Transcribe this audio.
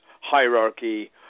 hierarchy